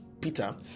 Peter